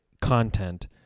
content